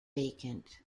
vacant